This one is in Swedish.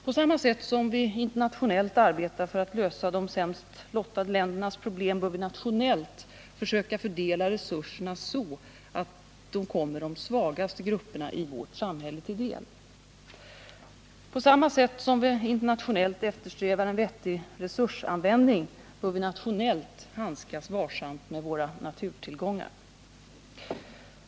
På samma sätt som vi internationellt arbetar för att lösa de sämst lottade ländernas problem bör vi nationellt försöka fördela resurserna så, att de kommer de svagaste grupperna i vårt samhälle till del. På samma sätt som vi internationellt eftersträvar en vettig resursanvändning bör vi nationellt handskas varsamt med våra naturtillgångar.